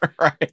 right